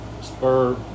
spur